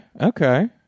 okay